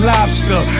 Lobster